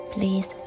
Please